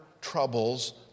troubles